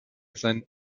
sein